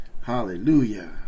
Hallelujah